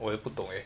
我也不懂诶